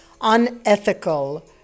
unethical